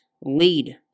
lead